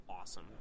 awesome